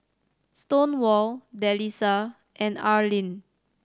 Stonewall Delisa and Arlin